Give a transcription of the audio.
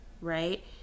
right